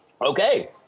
Okay